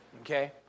Okay